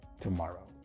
tomorrow